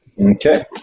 Okay